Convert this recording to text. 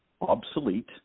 obsolete